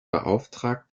beauftragt